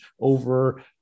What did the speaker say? over